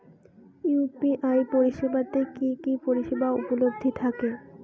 UPI পরিষেবা তে কি কি পরিষেবা উপলব্ধি থাকে?